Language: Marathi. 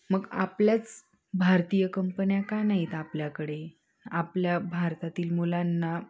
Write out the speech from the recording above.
मग आपल्याच भारतीय कंपन्या का नाहीत आपल्याकडे आपल्या भारतातील मुलांना